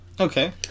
Okay